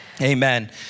Amen